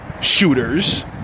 shooters